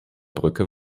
brücke